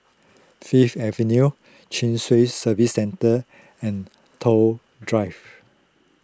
Fifth Avenue Chin Swee Service Centre and Toh Drive